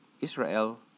Israel